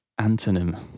Antonym